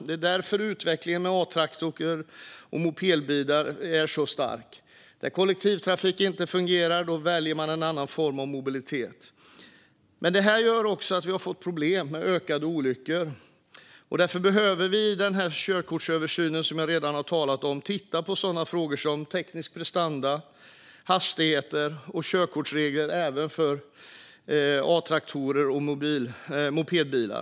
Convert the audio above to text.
Det är därför utvecklingen av A-traktorer och mopedbilar är så stark. Där kollektivtrafik inte fungerar väljer man en annan form av mobilitet. Men det här har gjort att det har blivit problem med en ökad mängd olyckor. Därför behöver man i körkortsöversynen titta på frågor som exempelvis teknisk prestanda, hastigheter och körkortsregler även för Atraktorer och mopedbilar.